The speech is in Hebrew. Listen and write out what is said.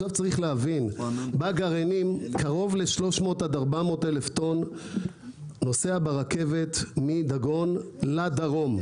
צריך להבין שכ-400-300 אלף טון גרעינים נוסעים ברכבת מדגון לדרום.